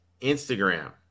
Instagram